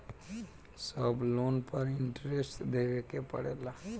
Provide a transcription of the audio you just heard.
सब लोन पर इन्टरेस्ट देवे के पड़ेला?